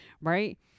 right